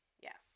yes